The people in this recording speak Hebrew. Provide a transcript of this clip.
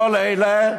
כל אלה,